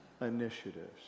initiatives